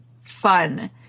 fun